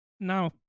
Now